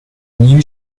new